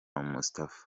moustapha